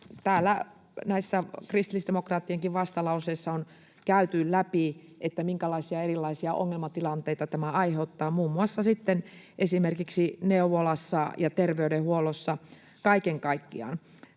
Täällä kristillisdemokraattienkin vastalauseessa on käyty läpi, minkälaisia erilaisia ongelmatilanteita tämä aiheuttaa muun muassa esimerkiksi neuvolassa ja terveydenhuollossa kaiken kaikkiaan.